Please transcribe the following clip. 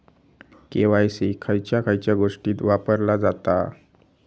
KYC खयच्या खयच्या गोष्टीत वापरला जाता?